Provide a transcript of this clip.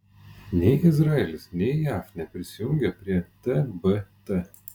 nei izraelis nei jav neprisijungė prie tbt